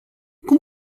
cum